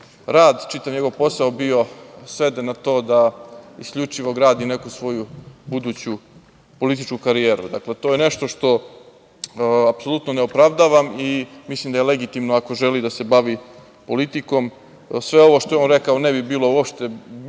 rad, čitav njegov posao bio sveden na to da isključivo gradi neku svoju buduću političku karijeru. Dakle, to je nešto što apsolutno ne opravdavam i mislim da je legitimno, ako želi da se bavi politikom da sve ovo što je on rekao ne bi bilo uopšte bitno,